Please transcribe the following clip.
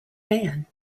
man